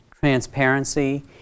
transparency